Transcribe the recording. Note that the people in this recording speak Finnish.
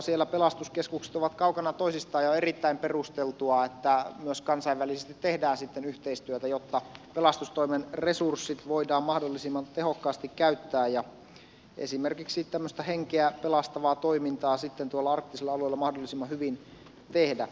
siellä pelastuskeskukset ovat kaukana toisistaan ja on erittäin perusteltua että myös kansainvälisesti tehdään sitten yhteistyötä jotta pelastustoimen resurssit voidaan mahdollisimman tehokkaasti käyttää ja esimerkiksi tämmöistä henkeä pelastavaa toimintaa sitten tuolla arktisella alueella mahdollisimman hyvin tehdä